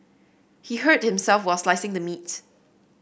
he hurt himself while slicing the meat